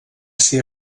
ser